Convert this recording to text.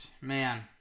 man